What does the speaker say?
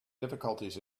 difficulties